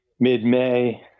Mid-May